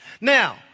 Now